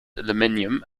aluminium